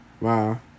Wow